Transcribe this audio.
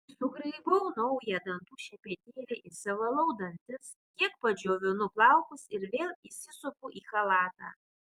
sugraibau naują dantų šepetėlį išsivalau dantis kiek padžiovinu plaukus ir vėl įsisupu į chalatą